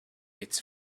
its